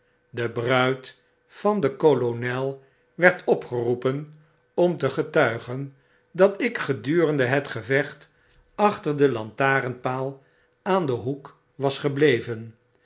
de bruid van den kolonel werd opgeroepen om te getuigen dat ik gedurende het gevecht achter den lantaarnpaal aan den hoek was gebleven